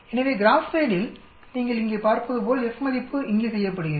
எனவே கிராப்பேட்டில் நீங்கள் இங்கே பார்ப்பதுபோல் F மதிப்பு இங்கே செய்யப்படுகிறது